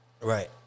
Right